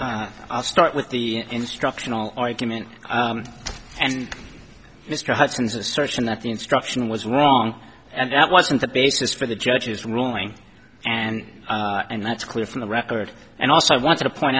time i'll start with the instructional argument and mr hudson's assertion that the instruction was wrong and that wasn't the basis for the judge's ruling and and that's clear from the record and also i want to point